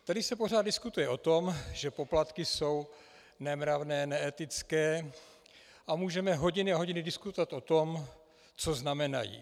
Tady se pořád diskutuje o tom, že poplatky jsou nemravné, neetické, a můžeme hodiny a hodiny diskutovat o tom, co znamenají.